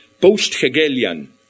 post-Hegelian